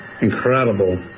incredible